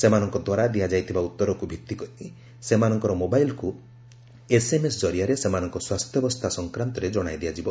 ସେମାନଙ୍କଦ୍ୱାରା ଦିଆଯାଇଥିବା ଉତ୍ତରକ୍ ଭିତ୍ତିକରି ସେମାନଙ୍କର ମୋବାଇଲ୍କ୍ ଏସ୍ଏମ୍ଏସ୍ ଜରିଆରେ ସେମାନଙ୍କ ସ୍ୱାସ୍ଥ୍ୟାବସ୍ଥା ସଂକ୍ରାନ୍ତରେ ଜଣାଇ ଦିଆଯିବ